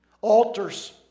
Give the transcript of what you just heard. Altars